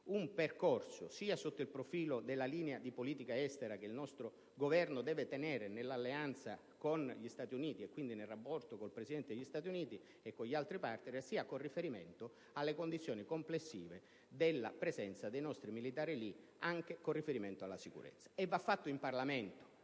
un percorso, sia sotto il profilo della linea di politica estera che il nostro Governo deve tenere nell'alleanza con gli Stati Uniti, e quindi nel rapporto con il Presidente degli Stati Uniti e con gli altri *partner*, sia con riferimento alle condizioni complessive della presenza dei nostri militari in quel territorio, anche con riguardo alla sicurezza. E va fatto in Parlamento,